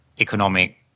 economic